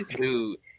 Dude